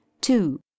two